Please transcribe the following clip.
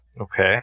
Okay